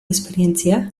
esperientzia